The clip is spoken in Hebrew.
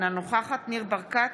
אינה נוכחת ניר ברקת,